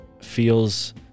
feels